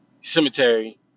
cemetery